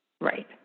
Right